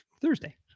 Thursday